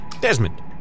Desmond